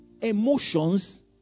emotions